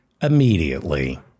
immediately